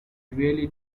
really